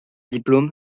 diplôme